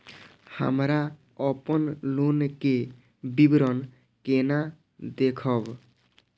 हमरा अपन लोन के विवरण केना देखब?